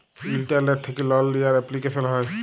ইলটারলেট্ থ্যাকে লল লিয়ার এপলিকেশল হ্যয়